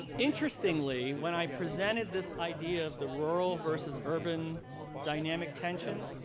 interestingly, when i presented this idea of the rural versus urban dynamic tension,